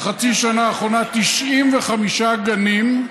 בחצי השנה האחרונה, 95 גנים,